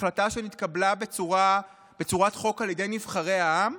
החלטה שנתקבלה בצורת חוק על ידי נבחרי העם?